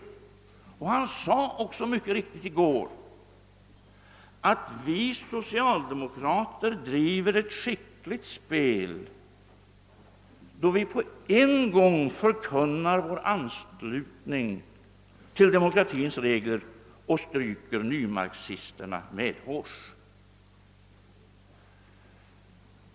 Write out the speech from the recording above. Herr Wedén sade också i går, att vi socialdemokrater driver ett skickligt spel då vi på en gång förkunnar vår anslutning till demokratins regler och stryker nymarxisterna medhårs.